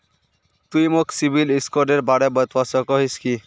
तुई मोक सिबिल स्कोरेर बारे बतवा सकोहिस कि?